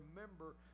remember